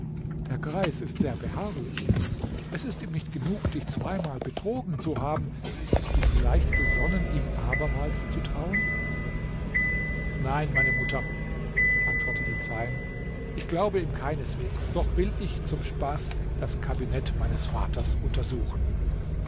der greis ist sehr beharrlich es ist ihm nicht genug dich zweimal betrogen zu haben bist du vielleicht gesonnen ihm abermals zu trauen nein meine mutter antwortete zeyn ich glaube ihm keineswegs doch will ich zum spaß das kabinett meines vaters untersuchen